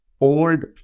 old